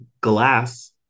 glass